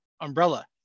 umbrella